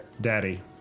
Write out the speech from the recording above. Daddy